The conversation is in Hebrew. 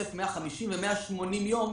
שוטף 150 ו-180 יום,